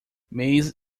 maize